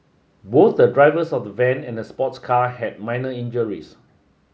both the drivers of the van and the sports car had minor injuries